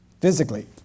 physically